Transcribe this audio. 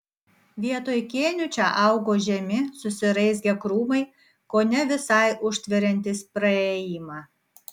vietoj kėnių čia augo žemi susiraizgę krūmai kone visai užtveriantys praėjimą